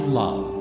love